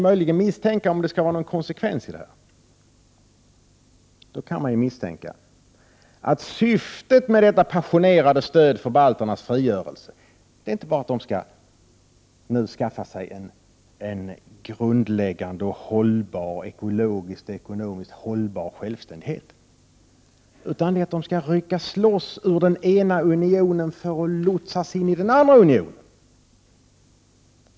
Om det skall vara någon konsekvens i det här, finns det anledning misstänka att syftet med det passionerade stödet för balternas frigörelse inte bara är att de nu skall skaffa sig en grundläggande, ekologiskt och ekonomiskt hållbar självständighet, utan att de skall ryckas loss ur den ena unionen för att lotsas in i den andra unionen.